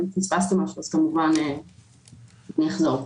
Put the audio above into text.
ואם פספסתי משהו אז כמובן תאמרו לי.